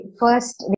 first